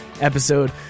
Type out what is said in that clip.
episode